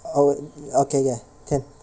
oh okay ya can